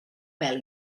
pèl